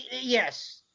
Yes